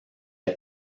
est